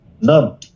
None